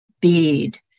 bead